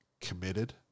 committed